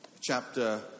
chapter